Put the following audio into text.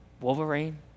Wolverine